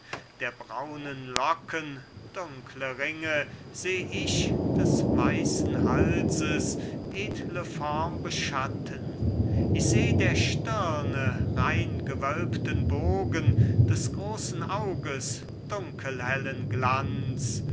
der braunen locken dunkle ringe seh ich des weißen halses edle form beschatten ich seh der stirne rein gewölbten bogen des großen auges dunkelhellen glanz